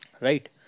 Right